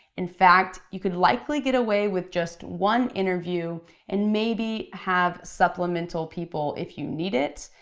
in fact, you could likely get away with just one interview and maybe have supplemental people if you need it,